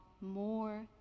more